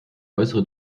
äußere